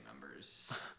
members